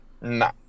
Nah